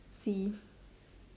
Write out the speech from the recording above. sea